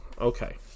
Okay